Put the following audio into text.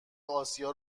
آسیا